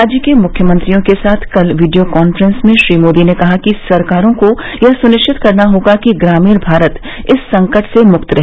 राज्यों के मुख्यमंत्रियों के साथ कल वीडियो काफ्रेंस में श्री मोदी ने कहा कि सरकारों को यह सुनिश्चित करना होगा कि ग्रामीण भारत इस संकट से मुक्त रहे